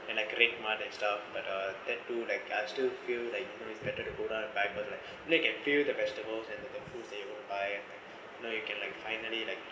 a great month and stuff but uh that to like I still feel like you know it's better to go down and buy because like you can feel the vegetables and the fruits that you want to buy you know you can like finally like